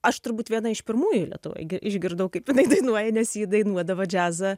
aš turbūt viena iš pirmųjų lietuvoj išgirdau kaip jinai dainuoja nes ji dainuodavo džiazą